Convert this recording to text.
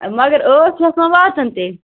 مگر ٲٹھ شیٚتھ ما واتَن تیٚلہِ